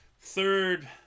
third